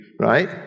right